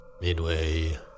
Midway